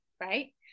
right